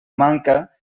manca